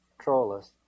Trollus